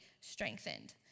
strengthened